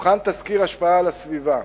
הוכן תסקיר השפעה על הסביבה,